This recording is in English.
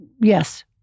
Yes